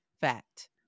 fact